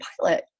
pilot